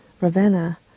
Ravenna